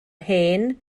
hen